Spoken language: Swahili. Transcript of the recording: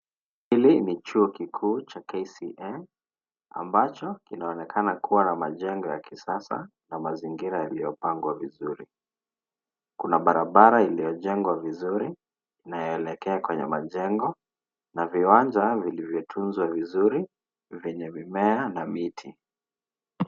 Hili ni chuo kikuu cha KCA ambacho kinaonekana kuwa na majengo ya kisasa na majengo ya kisasa na mazingira yaliyo pangwa vizuri kuna barabara iliyo jengwa vizuri inayoelekea kwenye majengo na viwanja vilivyo tunzwa vizuri vyenye mimea na miti.